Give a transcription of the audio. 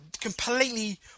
completely